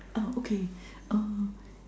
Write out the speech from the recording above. uh okay uh